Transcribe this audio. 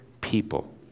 people